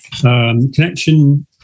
connection